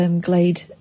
Glade